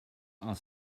are